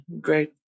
Great